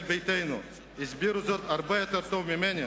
ביתנו הסבירו זאת הרבה יותר טוב ממני,